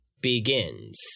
begins